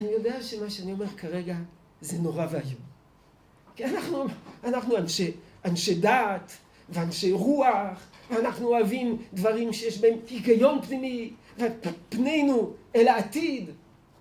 אני יודע שמה שאני אומר כרגע זה נורא ואיום. כי אנחנו אנשי דעת ואנשי רוח, ואנחנו אוהבים דברים שיש בהם היגיון פנימי, ופנינו אל העתיד.